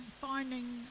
finding